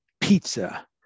pizza